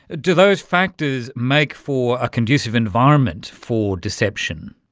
ah do those factors make for a conducive environment for deception?